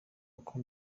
uko